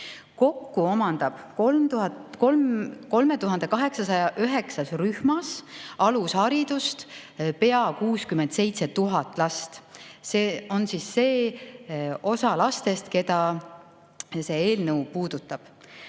Kokku omandab 3809 rühmas alusharidust peaaegu 67 000 last. See on see osa lastest, keda see eelnõu puudutab.